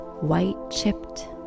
white-chipped